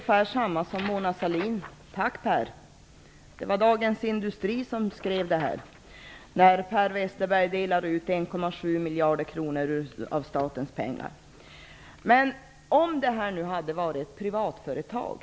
Fru talman! Jag har ungefär samma sak som Mona Sahlin att säga. ''Tack Per''. Det var en rubrik i Men tänk om detta hade gällt ett helt privat företag.